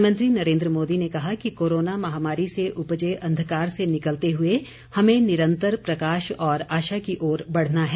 प्रधानमंत्री नरेंद्र मोदी ने कहा कि कोरोना महामारी से उपजे अंधकार से निकलते हुए हमें निरंतर प्रकाश और आशा की ओर बढ़ना है